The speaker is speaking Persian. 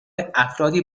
افرادی